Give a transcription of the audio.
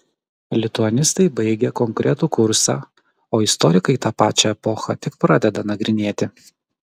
lituanistai baigia konkretų kursą o istorikai tą pačią epochą tik pradeda nagrinėti